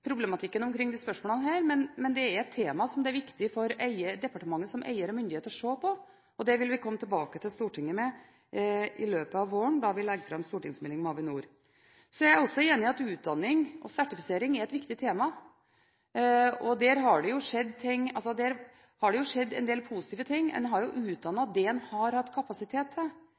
problematikken omkring disse spørsmålene, men det er et tema som det er viktig for departementet som eier og myndighet å se på, og det vil vi komme tilbake til Stortinget med i løpet av våren, når vi legger fram stortingsmeldingen om Avinor. Så er jeg også enig i at utdanning og sertifisering er et viktig tema. Der har det jo skjedd en del positive ting. En har jo utdannet det en har hatt kapasitet til